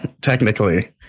technically